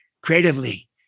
creatively